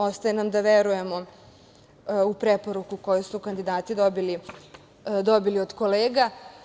Ostaje nam da verujemo u preporuku koju su kandidati dobili od kolega.